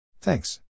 Thanks